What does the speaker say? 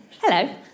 Hello